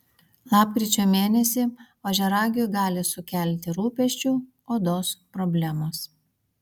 lapkričio mėnesį ožiaragiui gali sukelti rūpesčių odos problemos